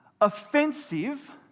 offensive